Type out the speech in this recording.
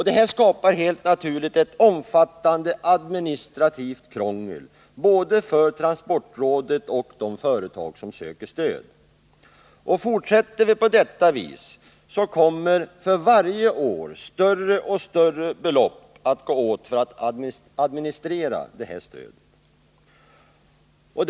Det här skapar helt naturligt ett omfattande administrativt krångel både för transportrådet och för de företag som söker stöd. Fortsätter det på detta vis kommer för varje år större och större belopp att gå åt för att administrera stödet.